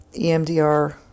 EMDR